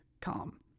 calm